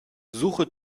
suche